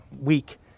week